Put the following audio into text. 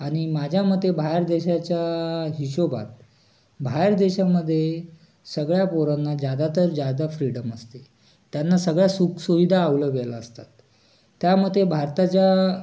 आणि माझ्या मते बाहेर देशाच्या हिशोबात बाहेर देशामध्ये सगळ्या पोरांना ज्यादातर ज्यादा फ्रीडम असते त्यांना सगळ्या सुखसुविधा अवलब्याल असतात त्यामध्ये भारताच्या